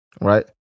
right